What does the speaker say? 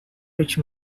rich